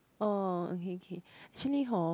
oh okay kay actually horn